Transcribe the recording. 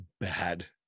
bad